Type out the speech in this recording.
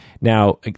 now